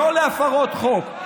לא להפרות חוק.